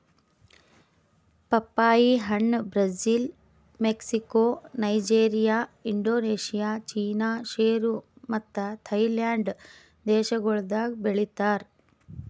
ಪಪ್ಪಾಯಿ ಹಣ್ಣ್ Brazil, Mexico, Nigeria, Indonesia, China, Peru ಮತ್ತ ಥೈಲ್ಯಾಂಡ್ ದೇಶಗೊಳ್ದಾಗ್ ಬೆಳಿತಾರ್